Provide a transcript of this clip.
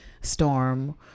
Storm